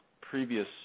previous